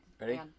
Ready